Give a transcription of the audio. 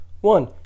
one